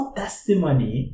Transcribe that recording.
testimony